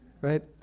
right